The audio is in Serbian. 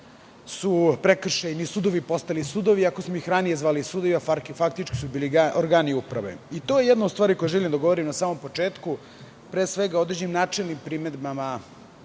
su prekršajni sudovi postali sudovi, iako smo ih ranije zvali sudovi, faktički su bili organi uprave. To je jedna od stvari o kojoj želim da govorim na samom početku, pre svega određenim načinom i primedbama